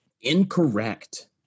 incorrect